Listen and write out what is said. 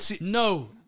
No